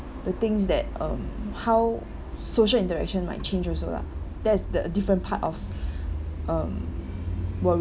the thing's that um how social interaction might change also lah that is the different part of um worries